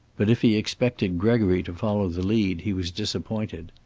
but if he expected gregory to follow the lead he was disappointed.